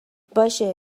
باشه